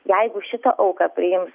jeigu šitą auką priims